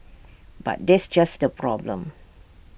but that's just the problem